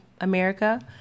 America